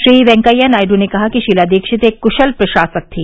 श्री वैंकेया नायड् ने कहा कि शीला दीक्षित एक क्शल प्रशासक थी